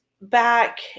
back